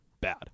bad